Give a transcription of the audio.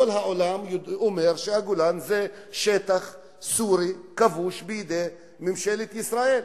כל העולם אומר שהגולן זה שטח סורי כבוש בידי ממשלת ישראל.